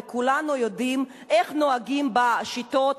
וכולנו יודעים איך נוהגים בשיטות,